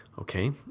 okay